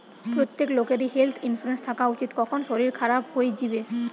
প্রত্যেক লোকেরই health insurance থাকা উচিত, কখন শরীর খারাপ হই যিবে